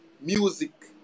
music